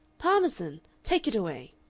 parmesan take it away!